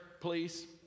please